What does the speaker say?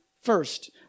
first